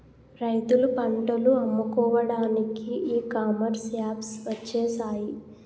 రైతులు పంటలు అమ్ముకోవడానికి ఈ కామర్స్ యాప్స్ వచ్చేసాయి